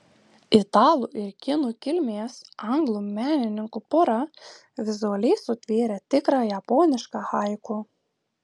italų ir kinų kilmės anglų menininkų pora vizualiai sutvėrė tikrą japonišką haiku